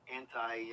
anti